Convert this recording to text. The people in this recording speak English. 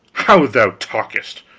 how thou talkest!